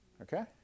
okay